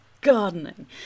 gardening